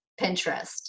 Pinterest